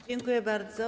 Dziękuję bardzo.